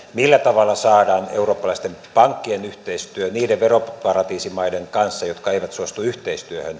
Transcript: millä tavalla saadaan päättymään eurooppalaisten pankkien yhteistyö niiden veroparatiisimaiden kanssa jotka eivät suostu yhteistyöhön